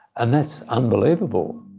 and that's unbelievable.